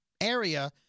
area